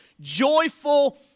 joyful